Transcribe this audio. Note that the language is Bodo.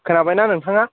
खोनाबायना नोंथाङा